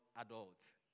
adults